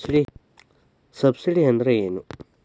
Subsidy ಅಂದ್ರೆ ಏನು?